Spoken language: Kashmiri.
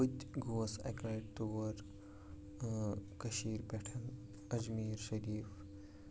بہٕ تہِ گوس اَکہِ لَٹہِ تور کٔشیٖرِ پٮ۪ٹھ اجمیٖر شریٖف